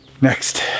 Next